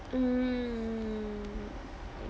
mm